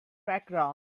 background